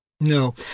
No